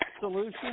solution